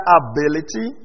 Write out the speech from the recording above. ability